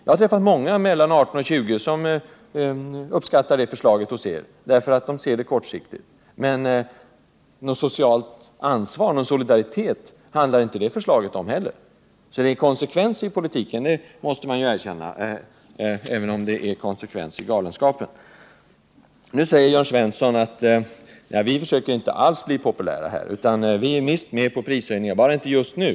Jag har mött många ungdomar i åldrarna 18-20 år som uppskattar ert förslag därför att de ser kortsiktigt på problemet. Men något socialt ansvar eller någon solidaritet handlar inte heller det förslaget om. Jag måste erkänna att det är konsekvens i den politiken, liksom det också kan vara konsekvens i galenskapen. Nu säger Jörn Svensson att man inte alls försöker bli populär och att man visst är med på prishöjningar, men bara inte just nu.